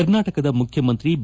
ಕರ್ನಾಟಕದ ಮುಖ್ಯಮಂತ್ರಿ ಬಿ